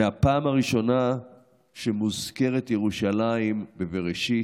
בפעם הראשונה שמוזכרת ירושלים בבראשית,